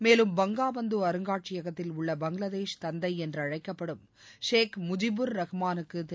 மேலும் பங்காபந்து அருங்காட்சியகத்தில் உள்ள பங்களாதேஷ் தந்தை என்றழைக்கப்படும் ஷேக் முஜிபுர் ரஹ்மானுக்கு திரு